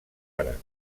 hora